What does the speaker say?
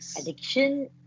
Addiction